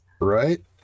right